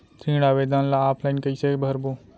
ऋण आवेदन ल ऑफलाइन कइसे भरबो?